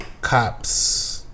Cops